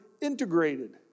integrated